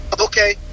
Okay